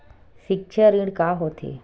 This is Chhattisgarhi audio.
सिक्छा ऋण का होथे?